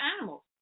animals